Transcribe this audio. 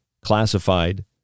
classified